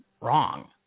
wrong